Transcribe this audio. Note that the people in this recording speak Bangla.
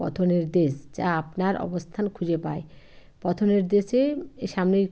পথনির্দেশ যা আপনার অবস্থান খুঁজে পায় পথনির্দেশের এ সামনে